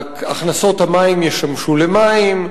הכנסות המים ישמשו למים,